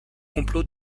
complot